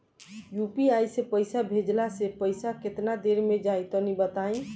UPI से पईसा भेजलाऽ से पईसा केतना देर मे जाई तनि बताई?